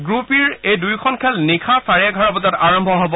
group E ৰ এই দুয়োখন খেল নিশা চাৰে এঘাৰ বজাত আৰম্ভ হ'ব